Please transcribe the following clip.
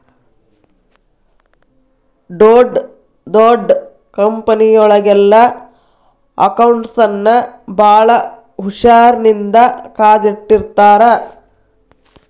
ಡೊಡ್ ದೊಡ್ ಕಂಪನಿಯೊಳಗೆಲ್ಲಾ ಅಕೌಂಟ್ಸ್ ನ ಭಾಳ್ ಹುಶಾರಿನ್ದಾ ಕಾದಿಟ್ಟಿರ್ತಾರ